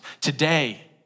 Today